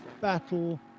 battle